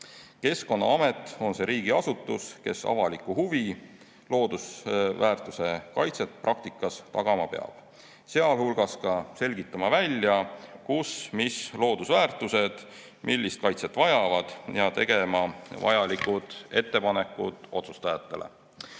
Keskkonnaamet on see riigiasutus, kes avalikku huvi, loodusväärtuse kaitset praktikas tagama peab, sealhulgas selgitama välja, kus mis loodusväärtused millist kaitset vajavad, ja tegema vajalikud ettepanekud otsustajatele.